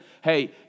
hey